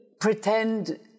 pretend